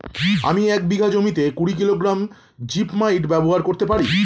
আমি এক বিঘা জমিতে কুড়ি কিলোগ্রাম জিপমাইট ব্যবহার করতে পারি?